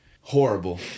Horrible